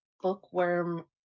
bookworm